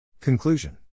Conclusion